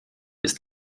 ist